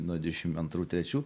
nuo devyniasdešim antrų trečių